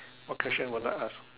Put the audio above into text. what question would I ask